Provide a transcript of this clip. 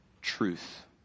truth